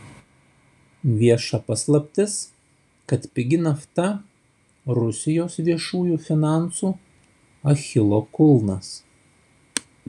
vieša paslaptis kad pigi nafta rusijos viešųjų finansų achilo kulnas